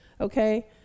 okay